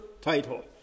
title